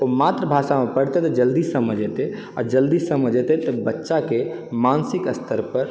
ओ मातृभाषामे पढ़तै तऽ जल्दी समझ एतै आ जल्दी समझ एतै तऽ बच्चाके मानसिक स्तर पर